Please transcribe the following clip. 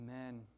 Amen